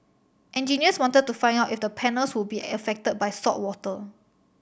engineers wanted to find out if the panels would be affected by saltwater